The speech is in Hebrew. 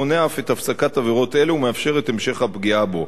מונע אף את הפסקת עבירות אלו ומאפשר את המשך הפגיעה בו.